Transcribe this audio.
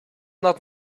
not